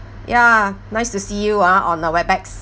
ya nice to see you ah on the webex